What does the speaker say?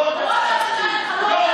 הוא לא ראש הממשלה שלי.